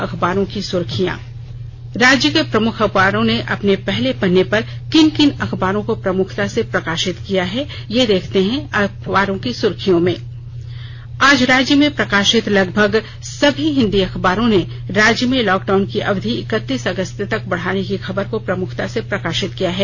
अखबारों की सुर्खियां आईये अब सुनते हैं राज्य के प्रमुख अखबारों ने अपने पहले पन्ने पर किन किन खबरों को प्रमुखता से प्रकाशित किया है आज राज्य में प्रकाशित लगभग सभी हिंदी अखबारों ने राज्य में लॉकडाउन की अवधि इक्कतीस अगस्त तक बढ़ाने की खबर को प्रमुखता से प्रकाशित किया है